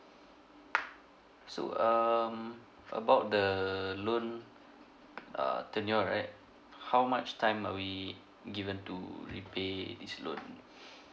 so um about the loan err tenure right how much time are we given to repay this loan